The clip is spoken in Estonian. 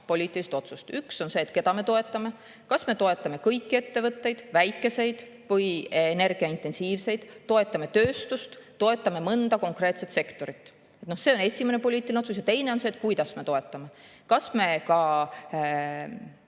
poliitilist otsust. Üks on see, et keda me toetame. Kas me toetame kõiki ettevõtteid, väikeseid või energiaintensiivseid, toetame tööstust, toetame mõnda konkreetset sektorit? See on esimene poliitiline otsus. Teine on see, kuidas me toetame. Kas me ka